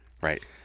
Right